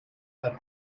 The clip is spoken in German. beim